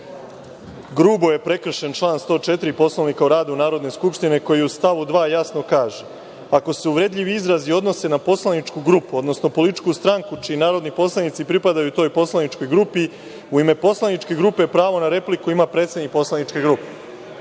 grubo je prekršen član 104. Poslovnika o radu Narodne skupštine, koji u stavu 2. jasno kaže – ako se uvredljivi izrazi odnose na poslaničku grupu, odnosno političku stranku čiji narodni poslanici pripadaju toj poslaničkoj grupi, u ime poslaničke grupe pravo na repliku ima predsednik poslaničke grupe. Ja